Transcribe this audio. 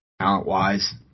talent-wise